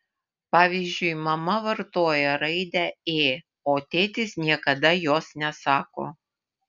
pavyzdžiui mama vartoja raidę ė o tėtis niekada jos nesako